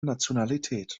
nationalität